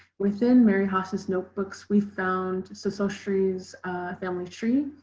within mary haas's notebooks we found sesostrie's family tree